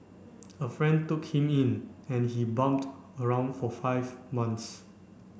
a friend took him in and he bummed around for five months